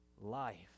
life